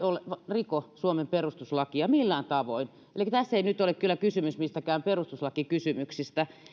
riko suomen perustuslakia millään tavoin elikkä tässä ei nyt ole kyllä kysymys mistään perustuslakikysymyksistä